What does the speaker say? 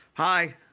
Hi